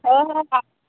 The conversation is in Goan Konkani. हय हय हांव